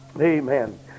Amen